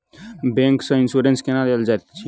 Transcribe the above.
bank सँ insurance केना लेल जाइत अछि